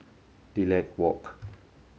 Lilac Walk